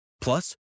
Plus